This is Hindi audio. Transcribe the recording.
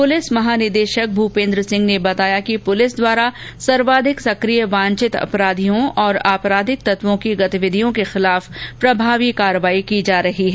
पुलिस महानिदेशक भूपेन्द्र सिंह ने बताया ै कि पुलिस द्वारा सर्वाधिक सक्रिय वांछित अपराधियों और आपराधिक तत्वों की गतिविधियों के खिलाफ प्रभावी कार्रवाई की जा रही है